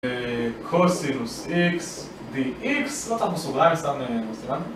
קוסינוס איקס, די איקס, לא שמו סוגריים סתם, סימן